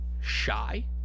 shy